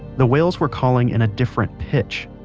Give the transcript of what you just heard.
the whales were calling in a different pitch.